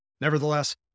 Nevertheless